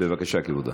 בבקשה, כבודו.